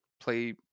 play